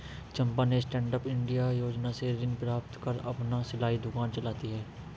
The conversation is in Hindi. चंपा ने स्टैंडअप इंडिया योजना से ऋण प्राप्त कर अपना सिलाई दुकान चलाती है